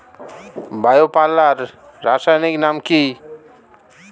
Bio পাল্লার রাসায়নিক নাম কি?